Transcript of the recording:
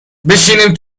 بشینیم